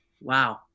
Wow